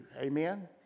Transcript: Amen